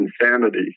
insanity